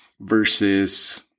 versus